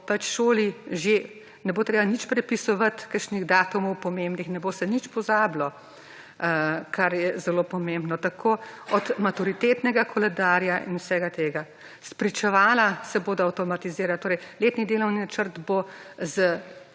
bo šoli ne bo treba nič prepisovati kakšnih datumov pomembnih, ne bo se nič pozabilo kar je zelo pomembno, tako od maturitetnega koledarja in vsega tega. Spričevala se bodo avtomatizirala, torej letni delovni načrt bo z